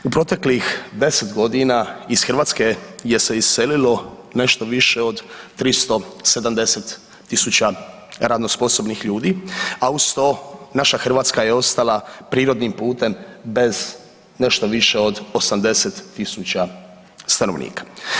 U proteklih 10 godina iz Hrvatske se je iselilo nešto više od 370.000 radno sposobnih ljudi, a uz to naša Hrvatska je ostala prirodnim putem bez nešto više od 80.000 stanovnika.